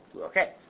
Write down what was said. okay